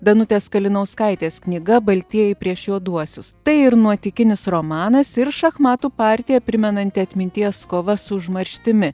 danutės kalinauskaitės knyga baltieji prieš juoduosius tai ir nuotykinis romanas ir šachmatų partiją primenanti atminties kova su užmarštimi